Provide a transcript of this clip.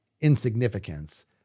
insignificance